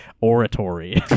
oratory